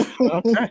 Okay